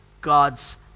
God's